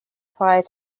prior